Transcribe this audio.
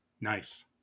Nice